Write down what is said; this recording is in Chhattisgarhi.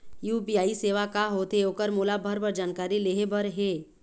यू.पी.आई सेवा का होथे ओकर मोला भरभर जानकारी लेहे बर हे?